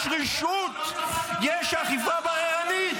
יש רשעות, יש אכיפה בררנית.